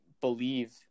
believe